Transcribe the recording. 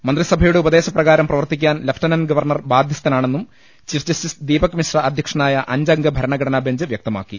മന്ത്രിസഭയുടെ ഉപദേശപ്രകാരം പ്രവർത്തിക്കാൻ ലഫ്റ്റനന്റ് ഗവർണർ ബാധ്യസ്ഥനാണെന്നും ചീഫ് ജസ്റ്റിസ് ദീപക് മിശ്ര അധ്യക്ഷനായ അഞ്ചംഗ ഭരണഘടനാബെഞ്ച് വ്യക്ത മാക്കി